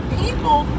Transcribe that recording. people